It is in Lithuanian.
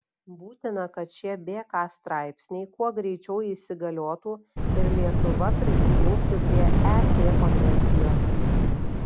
būtina kad šie bk straipsniai kuo greičiau įsigaliotų ir lietuva prisijungtų prie et konvencijos